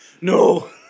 No